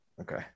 Okay